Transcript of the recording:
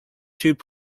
tube